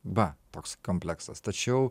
va toks kompleksas tačiau